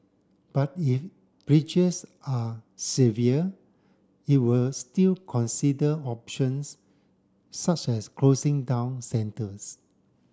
but if breaches are severe it will still consider options such as closing down centres